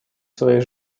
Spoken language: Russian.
своей